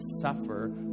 suffer